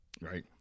Right